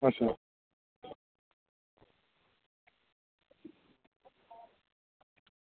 अच्छा